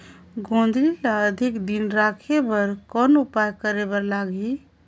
गोंदली ल अधिक दिन राखे बर कौन उपाय करे बर लगही?